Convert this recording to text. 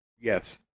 Yes